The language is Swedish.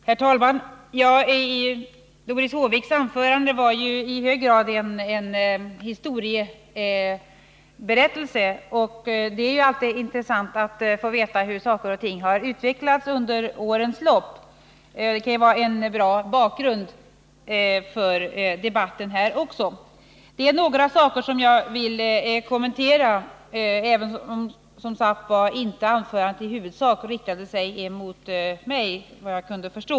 Herr talman! Doris Håviks anförande var ju i hög grad en historieberättelse, och det är alltid intressant att få veta hur saker och ting har utvecklats under årens lopp. Det kan också vara en bra bakgrund för debatten här. Jag vill kommentera några saker, även om Doris Håviks anförande inte i huvudsak riktade sig mot mig, efter vad jag kunde förstå.